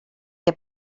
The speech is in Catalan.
què